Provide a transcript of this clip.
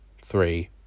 three